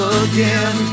again